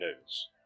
news